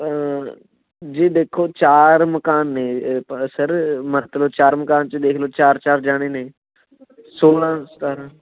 ਜੀ ਦੇਖੋ ਚਾਰ ਮਕਾਨ ਨੇ ਸਰ ਮਤਲਬ ਚਾਰ ਮਕਾਨ 'ਚ ਦੇਖ ਲਓ ਚਾਰ ਚਾਰ ਜਣੇ ਨੇ ਸੌਲ੍ਹਾਂ ਸਤਾਰ੍ਹਾਂ